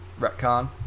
retcon